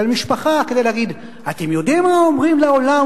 של משפחה כדי להגיד: אתם יודעים מה אומרים לעולם,